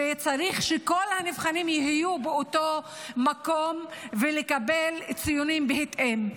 שצריך שכל המבחנים יהיו באותו מקום ולקבל ציונים בהתאם.